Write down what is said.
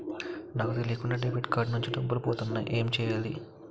నాకు తెలియకుండా debit card నుంచి డబ్బులు పోతున్నాయి ఎం చెయ్యాలి?